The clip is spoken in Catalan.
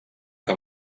que